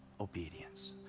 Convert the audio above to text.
obedience